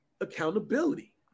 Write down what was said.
accountability